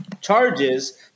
charges